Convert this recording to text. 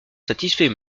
satisfait